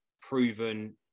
proven